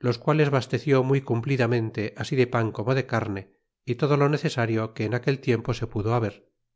los quales basteció muy cumplidamente así de pan como de carne y todo lo necesario que en aquel tiempo se pudo haber